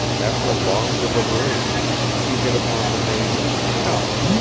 after long deliberation he hit upon the name chum,